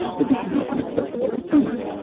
that this is not an acceptable alternative.